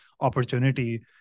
opportunity